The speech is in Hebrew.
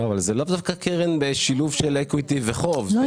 זאת לא דווקא קרן בשילוב של אקוויטי וחוב.